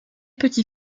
petit